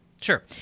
Sure